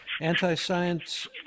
anti-science